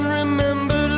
remember